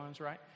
right